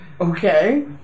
Okay